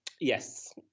Yes